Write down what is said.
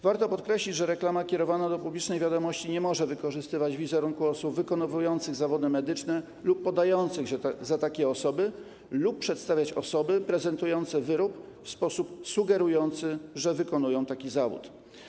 Warto podkreślić, że reklama kierowana do publicznej widomości nie może wykorzystywać wizerunku osób wykonujących zawody medyczne lub podających się za takie osoby lub przedstawiać osób prezentujących wyrób w sposób sugerujący, że wykonują taki zawód.